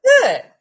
good